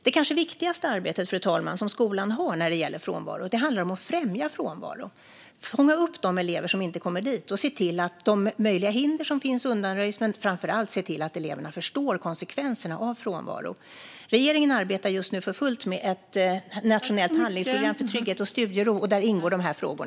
Det kanske viktigaste arbete som skolan har när det gäller frånvaro handlar om att främja närvaro och om att fånga upp de elever som inte kommer till skolan. Det handlar om att se till att de möjliga hinder som finns undanröjs och, framför allt, om att se till att eleverna förstår konsekvenserna av frånvaro. Regeringen arbetar just nu för fullt med ett nationellt handlingsprogram för trygghet och studiero. Där ingår dessa frågor.